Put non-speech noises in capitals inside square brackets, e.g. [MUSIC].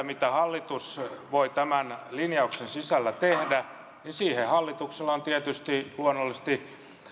[UNINTELLIGIBLE] mitä hallitus voi tämän linjauksen sisällä tehdä hallituksella on tietysti luonnollisesti